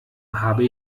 habe